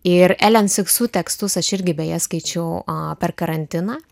ir elen siksu tekstus aš irgi beje skaičiau per karantiną